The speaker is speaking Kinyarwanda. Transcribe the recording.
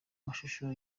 amashusho